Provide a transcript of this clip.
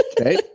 Okay